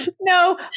No